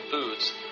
Foods